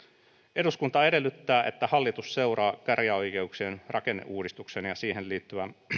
eduskunta edellyttää että hallitus seuraa käräjäoikeuksien rakenneuudistuksen ja siihen liittyvän